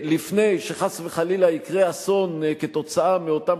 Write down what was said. לפני שחס וחלילה יקרה אסון כתוצאה מאותם